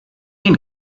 been